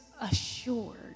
assured